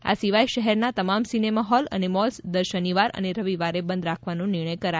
આ સિવાય શહેરના તમામ સિનેમા હોલ અને મોલ્સ દર શનિવાર અને રવિવારે બંધ રાખવાનો નિર્ણય પણ કરાયો છે